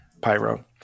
pyro